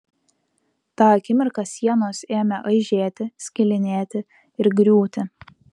tą akimirką sienos ėmė aižėti skilinėti ir griūti